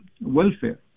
welfare